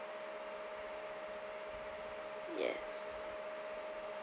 yes